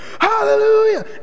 Hallelujah